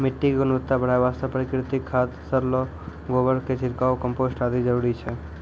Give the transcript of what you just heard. मिट्टी के गुणवत्ता बढ़ाय वास्तॅ प्राकृतिक खाद, सड़लो गोबर के छिड़काव, कंपोस्ट आदि जरूरी छै